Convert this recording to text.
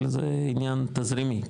אבל זה עניין תזרימי,